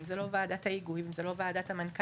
אם זה לא ועדת ההיגוי ואם זה לא ועדת המנכ"לים,